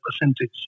percentage